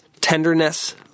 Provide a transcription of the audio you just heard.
Tenderness